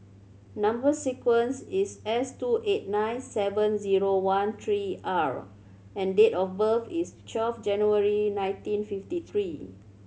number sequence is S two eight nine seven zero one three R and date of birth is twelve January nineteen fifty three